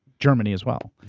germany as well.